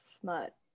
smut